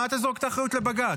מה אתה זורק את האחריות לבג"ץ?